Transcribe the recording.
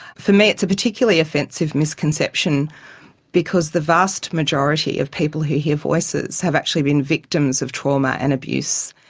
for me it's a particularly offensive misconception because the vast majority of people who hear voices have actually been victims of trauma and abuse.